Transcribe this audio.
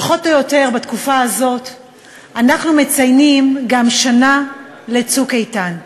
פחות או יותר בתקופה הזו אנחנו מציינים גם שנה ל"צוק איתן".